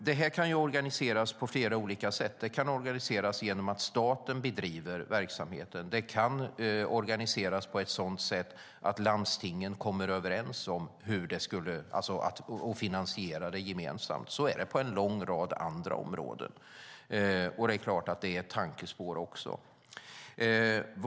Det här kan organiseras på flera olika sätt, till exempel genom att staten bedriver verksamheten eller så att landstingen kommer överens om en gemensam finansiering. Så är det på en lång rad andra områden. Det är tankespår.